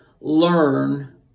learn